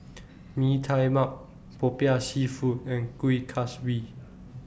Mee Tai Mak Popiah Seafood and Kueh Kaswi